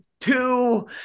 two